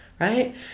right